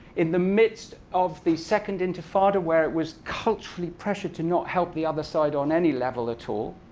in the midst of the second intifada, where it was culturally pressured to not help the other side on any level at all,